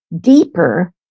deeper